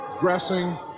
dressing